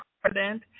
President